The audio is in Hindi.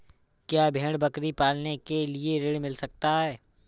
क्या भेड़ बकरी पालने के लिए ऋण मिल सकता है?